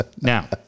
now